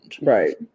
Right